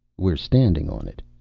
we're standing on it.